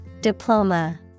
Diploma